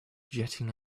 jetting